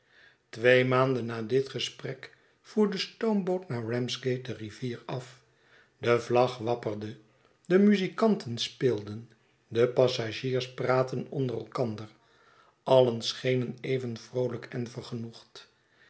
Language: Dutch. twee maanden na dit gesprek voer de stoomboot naar ramsgate de rivier af de vlag wapperde de muzikanten speelden de passagiers praatten onder elkander alien schenen even vroolijk en vergenoegd